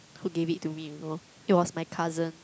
who gave it to me you know it was my cousin